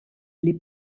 les